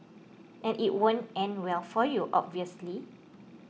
and it won't end well for you obviously